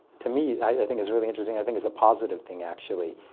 to me, i think it's really interesting. i think it's a positive thing, actually,